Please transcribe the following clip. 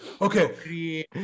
okay